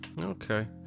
Okay